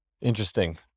Interesting